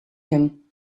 him